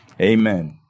Amen